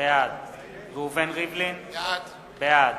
בעד ראובן ריבלין, בעד